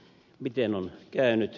miten on käynyt